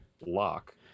lock